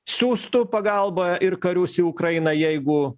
siųstų pagalbą ir karius į ukrainą jeigu